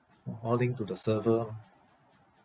all link to the server